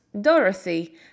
Dorothy